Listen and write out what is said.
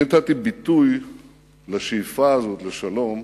אני נתתי ביטוי לשאיפה הזאת לשלום,